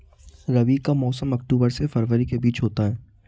रबी का मौसम अक्टूबर से फरवरी के बीच होता है